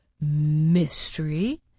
Mystery